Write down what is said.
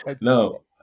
No